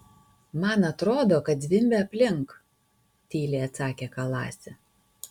man atrodo kad zvimbia aplink tyliai atsakė kalasi